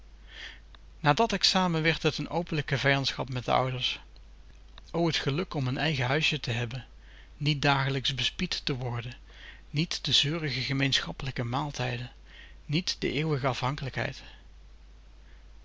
na dat examen werd het een openlijke vijandschap met de ouders t geluk om n eigen huisje te hebben niet dagelijks bespied te worden niet de zeurige gemeenschappelijke maaltijden niet de eeuwige afhankelijkheid